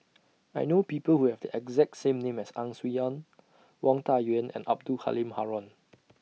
I know People Who Have The exact same name as Ang Swee Aun Wang Dayuan and Abdul Halim Haron